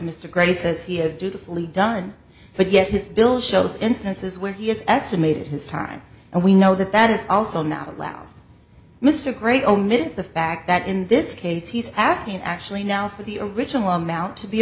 mr gray says he has dutifully done but yet his bill shows instances where he has estimated his time and we know that that is also not allowed mr great omit the fact that in this case he's asking actually now for the original amount to be